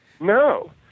No